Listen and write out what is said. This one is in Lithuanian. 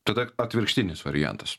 tada atvirkštinis variantas